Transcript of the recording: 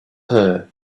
her